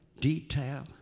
detail